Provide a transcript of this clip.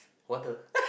what the